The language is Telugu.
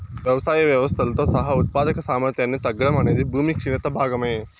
వ్యవసాయ వ్యవస్థలతో సహా ఉత్పాదక సామర్థ్యాన్ని తగ్గడం అనేది భూమి క్షీణత భాగమే